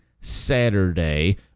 Saturday